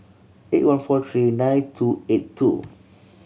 eight one four three nine two eight two